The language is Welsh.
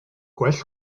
gwell